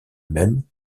même